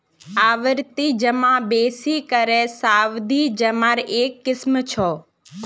आवर्ती जमा बेसि करे सावधि जमार एक किस्म छ